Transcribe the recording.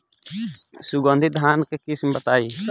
सुगंधित धान के किस्म बताई?